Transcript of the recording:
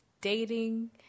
dating